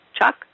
Chuck